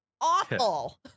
awful